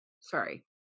Sorry